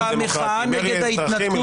מרי אזרחי,